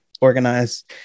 organize